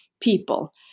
people